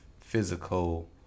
physical